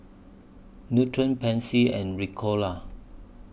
Nutren Pansy and Ricola